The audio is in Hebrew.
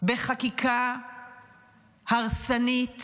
בחקיקה הרסנית